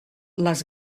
les